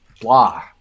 blah